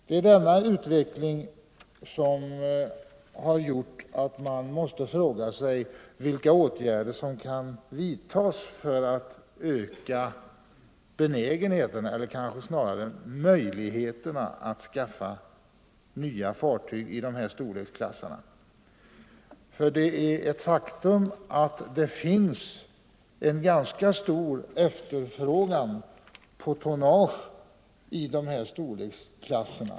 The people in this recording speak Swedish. Det är denna utveckling som har gjort att man måste fråga sig vilka åtgärder som kan vidtas för att öka benägenheten, eller kanske snarare möjligheten, att skaffa nya fartyg i de här storleksklasserna. Ett faktum är nämligen att det är ganska stor efterfrågan på sådant tonnage.